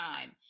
time